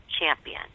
champion